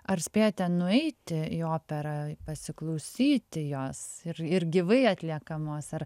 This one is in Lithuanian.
ar spėjate nueiti į operą pasiklausyti jos ir ir gyvai atliekamos ar